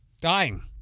dying